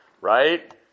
Right